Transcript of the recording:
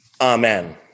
Amen